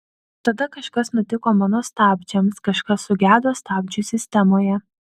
tada kažkas nutiko mano stabdžiams kažkas sugedo stabdžių sistemoje